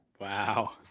Wow